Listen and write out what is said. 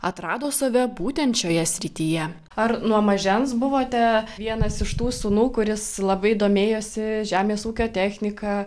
atrado save būtent šioje srityje ar nuo mažens buvote vienas iš tų sūnų kuris labai domėjosi žemės ūkio technika